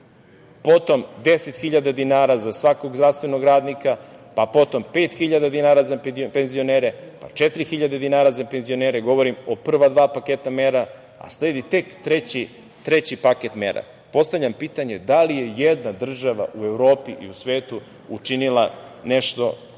potom 10.000 dinara za svakog zdravstvenog radnika, potom 5.000 dinara za penzionere, pa 4.000 dinara za penzionere, govorim o prva dva paketa mera, a sledi tek treći paket mera. Postavljam pitanje da li je jedna država u Evropi i u svetu učinila nešto